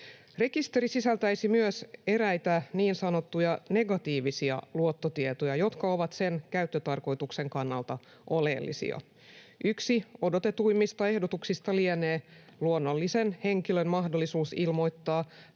Rekisteri sisältäisi myös eräitä niin sanottuja negatiivisia luottotietoja, jotka ovat sen käyttötarkoituksen kannalta oleellisia. Yksi odotetuimmista ehdotuksista lienee luonnollisen henkilön mahdollisuus ilmoittaa